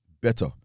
better